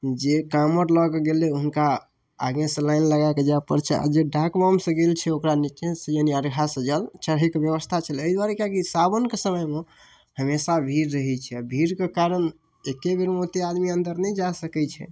जे कामरु लऽ कऽ गेलै हुनका आगेसँ लाइन लगाकऽ जाएके पड़ै छै आओर जे डाकबमसँ गेल छै ओकरा निचाँसँ यानि अरघासँ जल चढ़ैके बेबस्था छ्लै एहि दुआरे कियाकि सावनके समयमे हमेशा भीड़ रहै छै आओर भीड़के कारण एक्केबेरमे ओतेक आदमी नहि अन्दर जा सकै छै